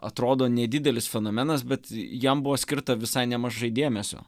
atrodo nedidelis fenomenas bet jam buvo skirta visai nemažai dėmesio